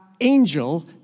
angel